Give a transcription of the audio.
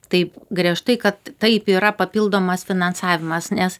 taip griežtai kad taip yra papildomas finansavimas nes